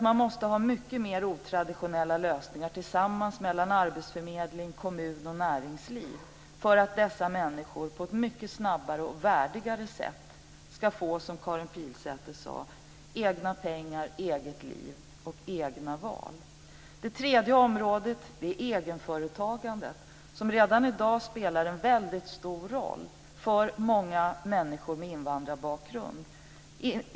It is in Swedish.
Man måste ha mycket mer otraditionella lösningar tillsammans mellan arbetsförmedling, kommun och näringsliv för att dessa människor på ett snabbare och värdigare sätt ska få det som Karin Pilsäter sade, egna pengar, eget liv och egna val. Det tredje området är egenföretagandet, som redan i dag spelar väldigt stor roll för många människor med invandrarbakgrund.